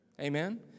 Amen